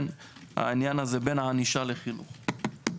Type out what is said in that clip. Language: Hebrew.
העניין בין ענישה לחינוך.